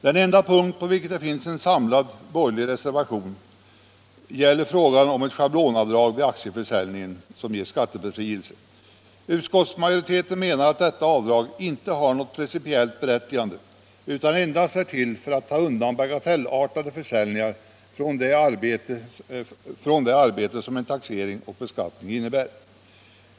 Den enda punkt på vilken det finns en samlad borgerlig reservation gäller frågan om det schablonavdrag vid aktieförsäljning som ger skattebefrielse. Utskottsmajoriteten menar att detta avdrag inte har något principiellt berättigande utan endast är till för att ta undan bagatellartade försäljningar från det arbete som en taxering och beskattning innebär.